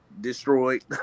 destroyed